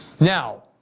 Now